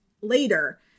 later